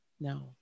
No